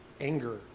anger